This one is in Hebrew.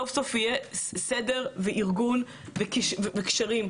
סוף-סוף יהיה סדר וארגון וקשרים,